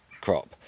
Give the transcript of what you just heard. crop